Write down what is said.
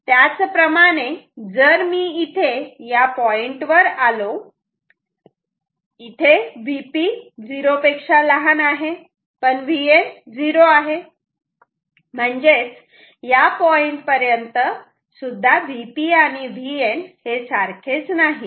त्याचप्रमाणे जर मी इथे या पॉईंट वर आलो इथे Vp 0 आहे पण Vn 0 आहे म्हणजेच या पॉइंट पर्यंत Vp आणि Vn हे सारखेच नाहीत